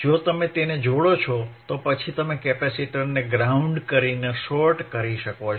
જો તમે તેને જોડો છો તો પછી તમે કેપેસિટરને ગ્રાઉંડ કરીને શોર્ટ કરી શકો છો